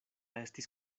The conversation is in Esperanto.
estas